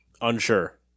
Unsure